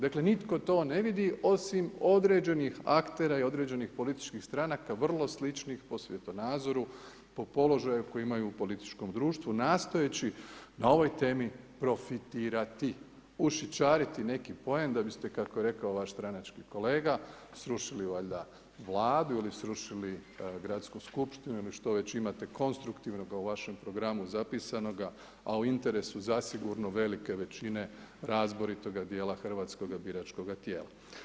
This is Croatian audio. Dakle, nitko to ne vidi, osim određenih aktera i određenih političkih stranaka, vrlo sličnih po svjetonazoru, po položaju koji imaju u političkom društvu, nastojeći na ovoj temi profitirati, ušićariti neki poen, da biste kako je rekao, vaš stranački kolega srušili valjda vladu ili srušili gradsku skupštinu ili što već imate konstruktivno u vašem programu zapisanoga, a u interesu zasigurno velike većine razboritoga dijela hrvatskoga biračkog tijela.